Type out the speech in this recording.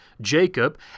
Jacob